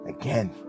Again